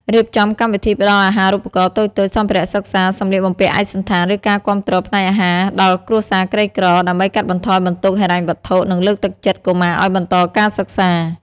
រៀបចំកម្មវិធីផ្តល់អាហារូបករណ៍តូចៗ សម្ភារៈសិក្សា សម្លៀកបំពាក់ឯកសណ្ឋាន ឬការគាំទ្រផ្នែកអាហារដល់គ្រួសារក្រីក្រ ដើម្បីកាត់បន្ថយបន្ទុកហិរញ្ញវត្ថុ និងលើកទឹកចិត្តកុមារឱ្យបន្តការសិក្សា។